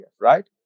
right